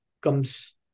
comes